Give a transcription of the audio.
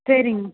சரிங்க